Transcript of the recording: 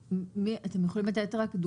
עשינו שיטת חישוב שהיא חדשה